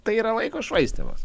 tai yra laiko švaistymas